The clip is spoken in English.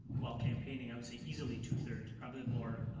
while campaigning i would say easily two three, probably more,